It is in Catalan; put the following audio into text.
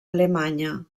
alemanya